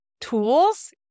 tools